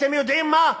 אתם יודעים מה?